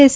S